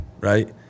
right